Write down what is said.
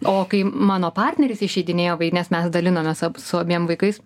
o kai mano partneris išeidinėjo nes mes dalinomės su abiem vaikais